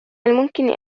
الممكن